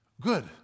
Good